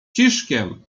ciszkiem